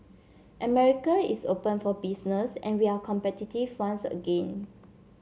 America is open for business and we are competitive once again